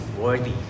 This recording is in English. worthy